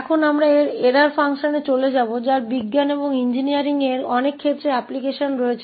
अब हम error function की ओर बढ़ेंगे जिसमें विज्ञान और इंजीनियरिंग के कई क्षेत्रों में अनुप्रयोग हैं